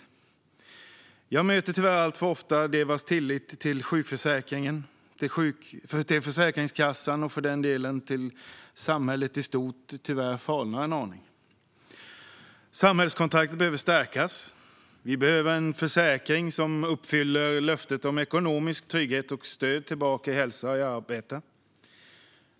Tyvärr möter jag allt för ofta människor vars tillit till sjukförsäkringen, till Försäkringskassan och för den delen till samhället i stort falnat en aning. Samhällskontraktet behöver stärkas. Vi behöver en försäkring som uppfyller löftet om ekonomisk trygghet och stöd tillbaka i hälsa och arbete.